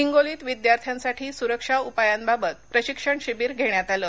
हिंगोलीत विद्यार्थ्यांसाठी सुरक्षा उपायांबाबत प्रशिक्षण शिबीर धेण्यात आलं